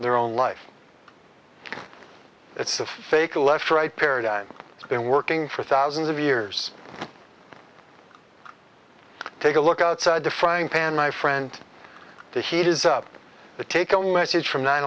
their own life it's a fake left right paradigm has been working for thousands of years take a look outside the frying pan my friend the heat is up the take own message from nine